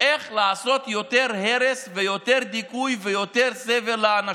איך לעשות יותר הרס, יותר דיכוי ויותר סבל לאנשים,